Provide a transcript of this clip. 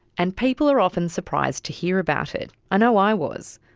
and people are often surprised to hear about it. i know i was.